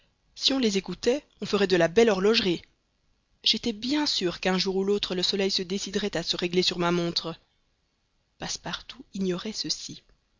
si on les écoutait on ferait de la belle horlogerie j'étais bien sûr qu'un jour ou l'autre le soleil se déciderait à se régler sur ma montre passepartout ignorait ceci